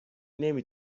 نمی